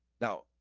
Now